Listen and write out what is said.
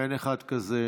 אין אחד כזה.